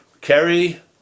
kerry